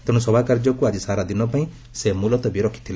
ତେଣୁ ସଭାକାର୍ଯ୍ୟକୁ ଆଜି ସାରା ଦିନ ପାଇଁ ସେ ମୁଲତବୀ ରଖିଥିଲେ